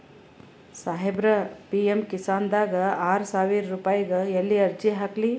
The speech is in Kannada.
ಸಾಹೇಬರ, ಪಿ.ಎಮ್ ಕಿಸಾನ್ ದಾಗ ಆರಸಾವಿರ ರುಪಾಯಿಗ ಎಲ್ಲಿ ಅರ್ಜಿ ಹಾಕ್ಲಿ?